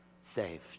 saved